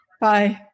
Bye